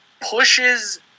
pushes